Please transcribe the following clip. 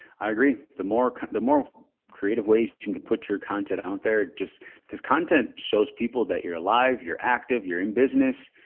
i agree. the more, the more creative ways to and to put your content out there, just because content shows people that you're alive, you're active, you're in business,